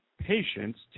patients